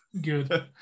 good